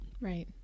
Right